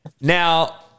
Now